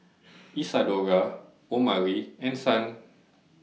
Isadora Omari and Son